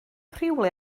rhywle